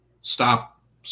stop